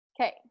Okay